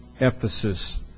Ephesus